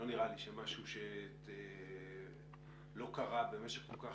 לא נראה לי שמשהו שלא קרה במשך כל כך